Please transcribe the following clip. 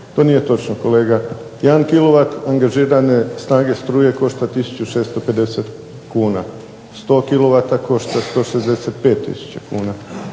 To nije točno kolega. Jedan kilovat angažirane snage struje košta 1650 kuna, 100 kilovata košta 165000 kuna,